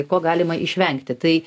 ko galima išvengti tai